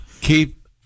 Keep